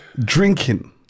drinking